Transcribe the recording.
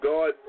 God